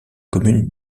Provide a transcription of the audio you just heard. commune